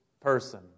person